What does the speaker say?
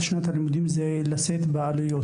שנת הלימודים כרוכה גם בלשאת את העלויות.